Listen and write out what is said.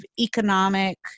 economic